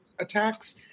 attacks